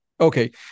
Okay